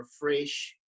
refresh